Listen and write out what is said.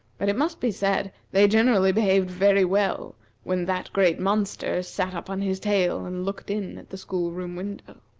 but it must be said they generally behaved very well when that great monster sat up on his tail and looked in at the school-room window.